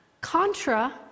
contra